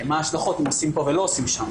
מה ההשלכות אם עושים פה ולא עושים שם.